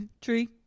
Tree